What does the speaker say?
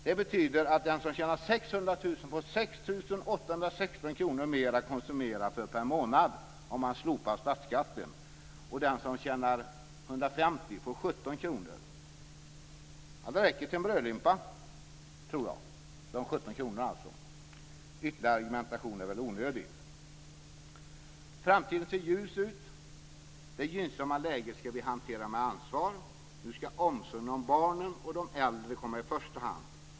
Det betyder att den som tjänar 600 000 får 6 816 kr mer att konsumera för per månad om man slopar statsskatten, och den som tjänar 150 000 får 17 kr mer. De 17 kronorna räcker till en brödlimpa, tror jag. Ytterligare argumentation är väl onödig. Framtiden ser ljus ut. Det gynnsamma läget ska vi hantera med ansvar. Nu ska omsorgen om barnen och de äldre komma i första hand.